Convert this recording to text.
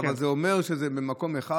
אבל זה אומר שזה במקום אחד,